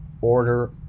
order